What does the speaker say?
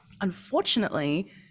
unfortunately